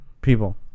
people